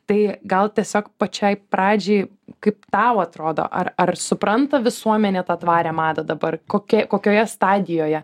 tai gal tiesiog pačiai pradžiai kaip tau atrodo ar ar supranta visuomenė tą tvarią madą dabar kokia kokioje stadijoje